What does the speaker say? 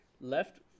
left